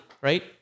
right